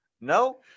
No